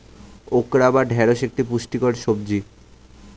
okra বা ঢ্যাঁড়স একটি পুষ্টিকর সবজি